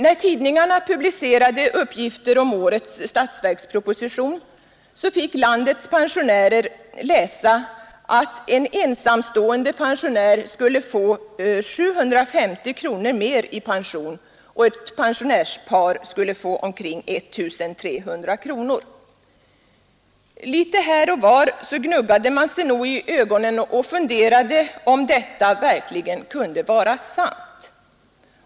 När tidningarna publicerade uppgifter om årets statsverksproposition, fick landets pensionärer läsa att en ensamstående pensionär skulle få 750 kronor mer i pension och ett pensionärspar omkring 1 300 kronor. Litet här och var gnuggade man sig i ögonen och funderade på om detta verkligen kunde vara sant.